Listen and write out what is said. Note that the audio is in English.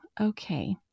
okay